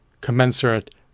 commensurate